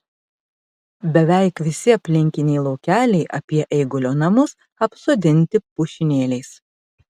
beveik visi aplinkiniai laukeliai apie eigulio namus apsodinti pušynėliais